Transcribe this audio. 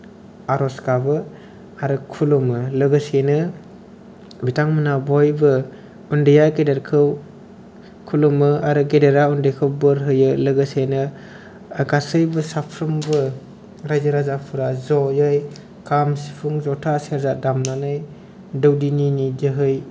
आर'ज गाबो आरो खुलुमो लोगोसेयैनो बिथांमोना बयबो उन्दैया गेदेरखौ खुलुमो आरो गेदेरा उन्दैखौ बोर होयो लोगोसेयैनो गासैबो साफ्रोमबो रायजो राजाफोरा ज'यै खाम सिफुं ज'था सेरजा दामनानै दौदिनिनि जोहै